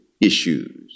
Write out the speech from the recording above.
issues